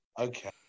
okay